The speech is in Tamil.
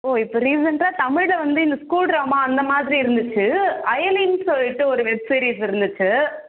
ஓ இப்போ ரீசென்ட்டாக தமிழில் வந்து இந்த ஸ்கூல் ட்ராமா அந்தமாதிரி இருந்துச்சு அயலின்னு சொல்லிட்டு ஒரு வெப் சீரிஸ் இருந்துச்சு